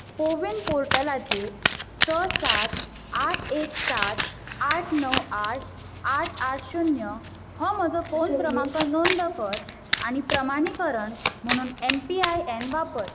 कोविन पोर्टलाचेर स सात आठ एक सात आठ णव आठ आठ आठ शुन्य हो म्हजो फोन क्रमांक नोंद कर आनी प्रमाणीकरण म्हणून एम पी आय एन वापर